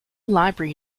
library